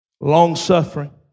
long-suffering